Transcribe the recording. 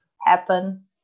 happen